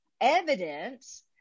evidence